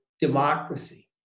democracy